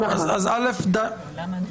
למה?